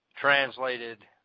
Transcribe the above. translated